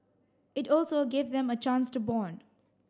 it also gave them a chance to bond